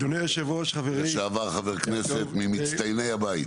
לשעבר חבר כנסת, ממצטייני הבית.